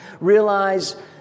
realize